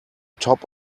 top